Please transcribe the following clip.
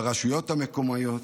ברשויות המקומיות.